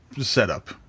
setup